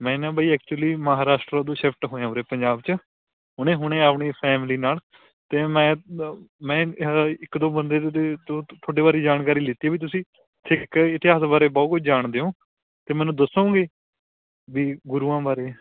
ਮੈਂ ਨਾ ਬਾਈ ਐਕਚੁਲੀ ਮਹਾਰਾਸ਼ਟਰ ਤੋਂ ਸ਼ਿਫਟ ਹੋਇਆਂ ਉਰੇ ਪੰਜਾਬ 'ਚ ਹੁਣੇ ਹੁਣੇ ਆਪਣੀ ਫੈਮਿਲੀ ਨਾਲ ਅਤੇ ਮੈਂ ਮੈਂ ਇੱਕ ਦੋ ਬੰਦੇ ਦੇ ਤੋਂ ਤੁਹਾਡੇ ਬਾਰੇ ਜਾਣਕਾਰੀ ਲਿੱਤੀ ਹੈ ਵੀ ਤੁਸੀਂ ਸਿੱਖ ਇਤਿਹਾਸ ਬਾਰੇ ਬਹੁਤ ਕੁਝ ਜਾਣਦੇ ਓਂ ਅਤੇ ਮੈਨੂੰ ਦੱਸੋਗੇ ਵੀ ਗੁਰੂਆਂ ਬਾਰੇ